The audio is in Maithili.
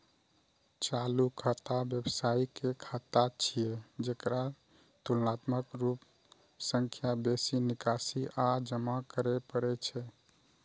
चालू खाता व्यवसायी के खाता छियै, जेकरा तुलनात्मक रूप सं बेसी निकासी आ जमा करै पड़ै छै